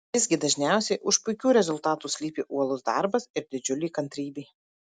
visgi dažniausiai už puikių rezultatų slypi uolus darbas ir didžiulė kantrybė